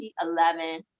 2011